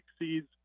exceeds